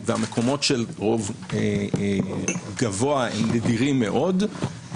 המקומות של רוב גבוה הם נדירים מאוד.